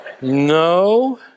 No